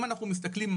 אם אנחנו מסתכלים,